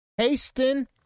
Hasten